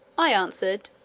i answered,